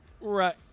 Right